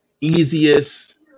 Easiest